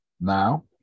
Now